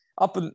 up